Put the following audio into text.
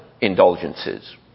indulgences